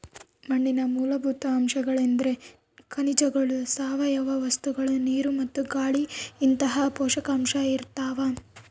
ಮಣ್ಣಿನ ಮೂಲಭೂತ ಅಂಶಗಳೆಂದ್ರೆ ಖನಿಜಗಳು ಸಾವಯವ ವಸ್ತುಗಳು ನೀರು ಮತ್ತು ಗಾಳಿಇಂತಹ ಪೋಷಕಾಂಶ ಇರ್ತಾವ